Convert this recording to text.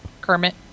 Kermit